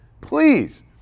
please